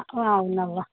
అవును అవ్వ